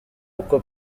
uko